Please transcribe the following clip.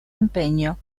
empeño